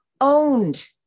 owned